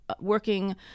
working